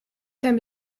zijn